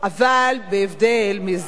אבל בהבדל מזה,